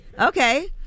Okay